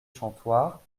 chantoirs